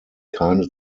keine